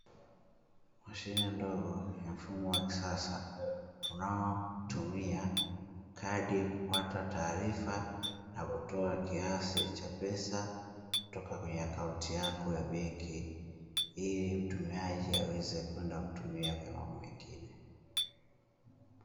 Mashine ndogo ya mfumo wa kisasa unaotumia kadi kupata taarifa na kutoa kiasi cha pesa, kutoka kwenye akaunti yako ya benki, ili mtumiaji aweze kwenda kutumia kwenye mambo mengine.